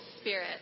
spirit